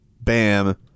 Bam